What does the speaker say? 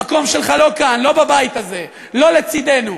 המקום שלך לא כאן, לא בבית הזה, לא לצדנו.